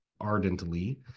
ardently